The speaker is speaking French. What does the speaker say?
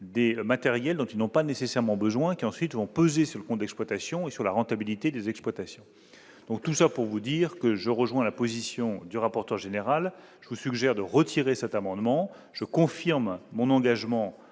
des matériels dont ils n'ont pas nécessairement besoin qui ensuite vont peser sur le compte d'exploitation et sur la rentabilité des exploitations donc tout ça pour vous dire que je rejoins la position du rapporteur général, je vous suggère de retirer cet amendement, je confirme mon engagement,